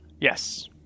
Yes